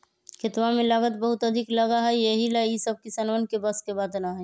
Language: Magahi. खेतवा में लागत बहुत अधिक लगा हई यही ला ई सब किसनवन के बस के बात ना हई